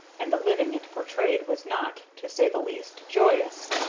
and the living it portrayed was not, to say the least, joyous.